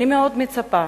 אני מאוד מצפה